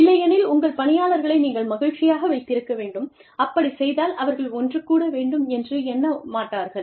இல்லையெனில் உங்கள் பணியாளர்களை நீங்கள் மகிழ்ச்சியாக வைத்திருக்க வேண்டும் அப்படிச் செய்வதால் அவர்கள் ஒன்று கூட வேண்டும் என்று எண்ண மாட்டார்கள்